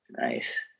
nice